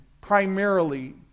primarily